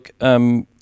look